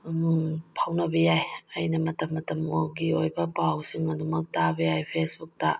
ꯐꯥꯎꯅꯕ ꯌꯥꯏ ꯑꯩꯅ ꯃꯇꯝ ꯃꯇꯝꯒꯤ ꯑꯣꯏꯕ ꯄꯥꯎꯁꯤꯡ ꯑꯗꯨꯃꯛ ꯇꯥꯕ ꯌꯥꯏ ꯐꯦꯖꯕꯨꯛꯇ